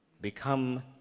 become